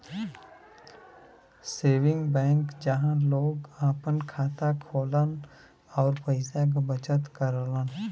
saving bank जहां लोग आपन खाता खोलन आउर पैसा क बचत करलन